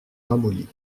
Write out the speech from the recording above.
ramolli